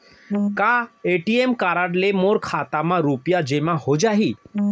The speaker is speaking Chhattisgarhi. का ए.टी.एम कारड ले मोर खाता म रुपिया जेमा हो जाही?